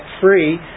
free